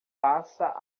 faça